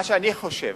מה שאני חושב,